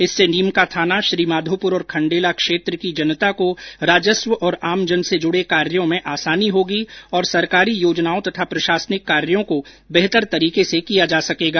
इससे नीमकाथाना श्रीमाधोपुर और खण्डेला क्षेत्र की जनता को राजस्व और आमजन से जुड़े कार्यो में आसानी होगी और सरकारी योजनाओं तथा प्रशासनिक कार्यो को बेहतर तरीके किया जा सकेगा